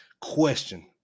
question